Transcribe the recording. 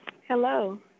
Hello